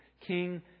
King